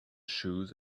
shoes